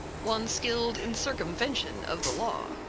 one skilled in circumvention of the law.